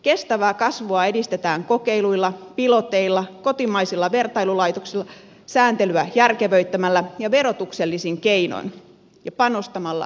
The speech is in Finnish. kestävää kasvua edistetään kokeiluilla piloteilla kotimaisilla vertailulaitoksilla sääntelyä järkevöittämällä verotuksellisin keinoin ja panostamalla osaamiseen